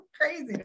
crazy